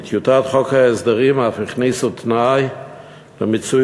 בטיוטת חוק ההסדרים אף הכניסו תנאי למיצוי